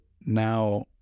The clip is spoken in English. now